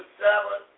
seven